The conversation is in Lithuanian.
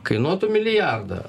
kainuotų milijardą